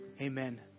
Amen